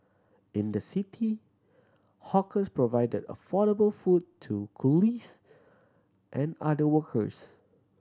in the city hawkers provided affordable food to coolies and other workers